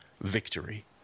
victory